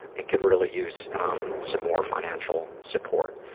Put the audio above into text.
it can really use some more financial support.